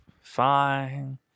Fine